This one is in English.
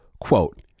Quote